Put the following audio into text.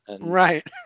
Right